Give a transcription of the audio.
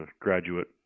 graduate